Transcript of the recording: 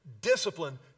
Discipline